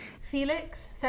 Felix